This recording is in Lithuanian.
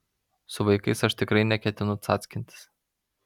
su vaikais aš tikrai neketinu cackintis